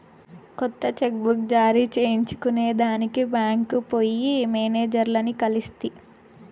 కొత్త cheque book జారీ చేయించుకొనేదానికి బాంక్కి పోయి మేనేజర్లని కలిస్తి